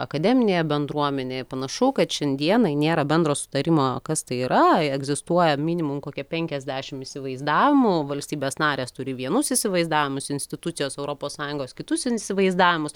akademinėje bendruomenėj panašu kad šiandienai nėra bendro sutarimo kas tai yra egzistuoja minimum kokia penkiasdešim įsivaizdavimų valstybės narės turi vienus įsivaizdavimus institucijos europos sąjungos kitus insivaizdavimus